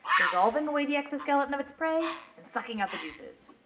dissolving away the exoskeleton of its prey and sucking out the juices.